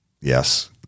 Yes